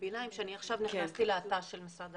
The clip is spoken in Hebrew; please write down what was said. שעכשיו נכנסתי לאתר של המשרד